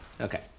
Okay